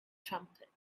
trumpet